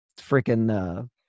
freaking